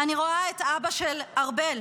אני רואה את אבא של ארבל,